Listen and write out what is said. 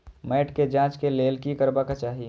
मैट के जांच के लेल कि करबाक चाही?